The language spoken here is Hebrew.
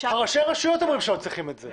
ראשי הרשויות אומרים שלא צריך את זה.